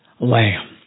Lamb